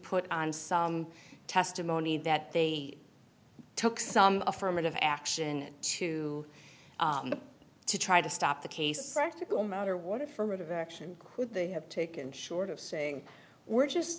put on some testimony that they took some affirmative action to to try to stop the case practical matter what affirmative action they have taken short of saying we're just